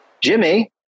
Jimmy